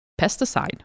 pesticide